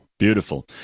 Beautiful